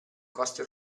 coste